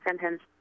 sentence